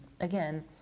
again